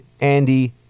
Andy